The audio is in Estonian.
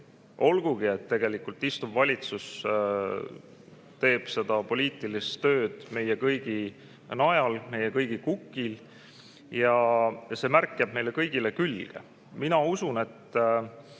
et tegelikult istuv valitsus teeb seda poliitilist tööd meie kõigi najal, meie kõigi kukil. See märk jääb meile kõigile külge. Mina usun, et